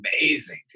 amazing